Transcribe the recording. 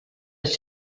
els